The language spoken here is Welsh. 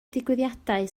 digwyddiadau